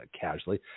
casually